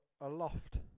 aloft